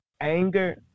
anger